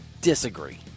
Disagree